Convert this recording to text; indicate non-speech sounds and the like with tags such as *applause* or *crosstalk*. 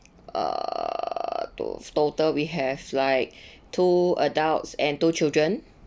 uh to~ total we have like *breath* two adults and two children